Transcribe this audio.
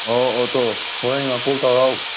ꯑꯣ ꯍꯣꯔꯦꯟꯅ ꯀꯣꯜ ꯇꯧꯔꯛꯑꯣ